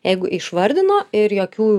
jeigu išvardino ir jokių